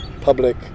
public